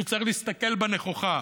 וצריך להסתכל בה נכוחה.